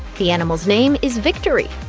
the animal's name is victory,